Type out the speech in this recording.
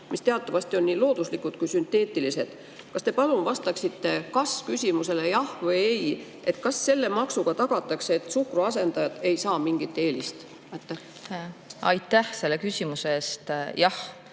mis teatavasti on nii looduslikud kui ka sünteetilised. Kas te palun vastaksitekas-küsimusele jah või ei: kas selle maksuga tagatakse, et suhkruasendajad ei saa mingit eelist? Lugupeetud juhataja!